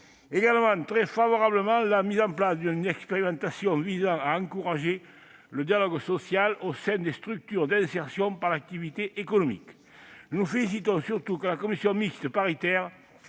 également très favorablement la mise en place d'une expérimentation visant à encourager le dialogue social au sein des structures d'insertion par l'activité économique. Nous nous félicitons surtout de ce que la commission mixte paritaire